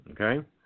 Okay